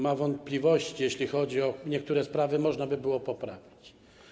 Mam wątpliwości, bo jeśli chodzi o niektóre sprawy, można by było je poprawić.